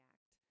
Act